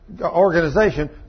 organization